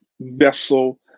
vessel